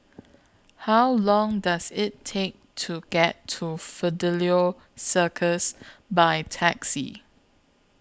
How Long Does IT Take to get to Fidelio Circus By Taxi